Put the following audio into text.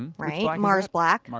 um right. mars black.